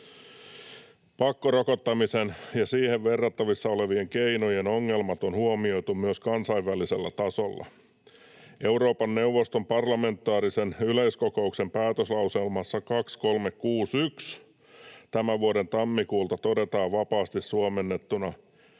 Pakkorokottamisen ja siihen verrattavissa olevien keinojen ongelmat on huomioitu myös kansainvälisellä tasolla. Euroopan neuvoston parlamentaarisen yleiskokouksen päätöslauselmassa 2361 tämän vuoden tammikuulta todetaan vapaasti suomennettuna: